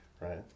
right